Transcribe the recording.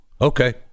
Okay